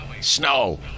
snow